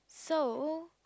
so